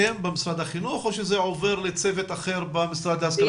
אתם במשרד החינוך או שזה עובר לצוות אחר במשרד להשכלה גבוהה?